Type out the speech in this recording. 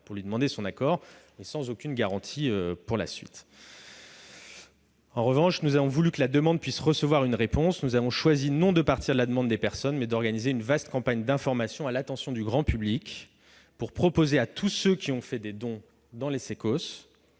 pour lui demander son accord, mais sans aucune garantie pour la suite. Pour notre part, nous voulons que la demande puisse recevoir une réponse. Nous avons choisi non de partir de la demande des personnes, mais d'organiser une vaste campagne d'information à l'attention du grand public pour proposer à tous ceux qui ont fait des dons dans les Cécos